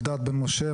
אלדד בן-משה,